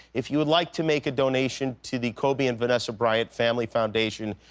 if you'd like to make a donation to the kobe and vanessa bryant family foundation,